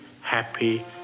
happy